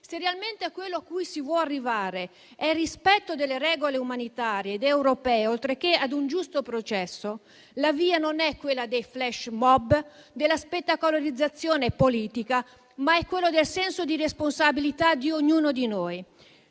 Se realmente quello a cui si vuole arrivare è il rispetto delle regole umanitarie ed europeo, oltre che un giusto processo, la via non è quella dei *flashmob*, della spettacolarizzazione politica, ma è quella del senso di responsabilità di ognuno di noi.